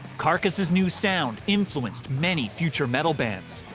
carcass' new sound influenced many future metal bands,